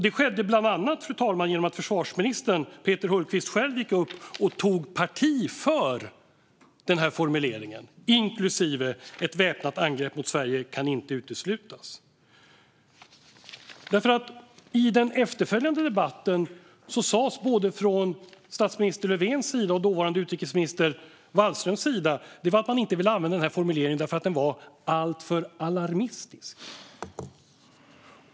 Det skedde bland annat genom att försvarsminister Peter Hultqvist själv gick upp och tog parti för formuleringen, inklusive "Ett väpnat angrepp mot Sverige kan inte uteslutas." I den efterföljande debatten sas från både statsminister Löfvens sida och från dåvarande utrikesminister Wallströms sida att man inte ville använda denna formulering eftersom den var alltför alarmistisk.